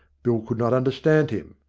bill could not understand him.